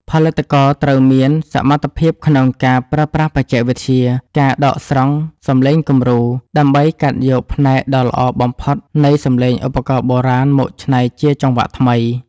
ផលិតករត្រូវមានសមត្ថភាពក្នុងការប្រើប្រាស់បច្ចេកវិទ្យា ការដកស្រង់សំឡេងគំរូ ដើម្បីកាត់យកផ្នែកដ៏ល្អបំផុតនៃសំឡេងឧបករណ៍បុរាណមកច្នៃជាចង្វាក់ថ្មី។